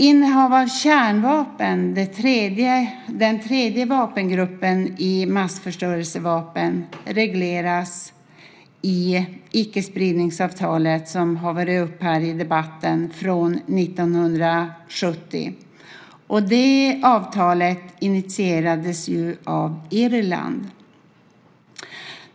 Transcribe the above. Innehav av kärnvapen, den tredje vapengruppen bland massförstörelsevapnen, regleras i icke-spridningsavtalet, som har varit uppe här i debatten, från 1970. Det avtalet initierades ju av Irland.